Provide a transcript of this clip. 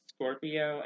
Scorpio